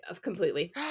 completely